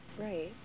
Right